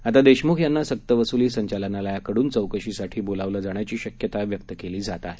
आता देशमुख यांना सक्तवसुली संघालनालयाकडून चौकशीसाठी बोलावलं जाण्याधी शक्यता व्यक्त केली जात आहे